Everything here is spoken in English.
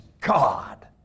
God